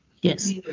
Yes